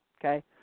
Okay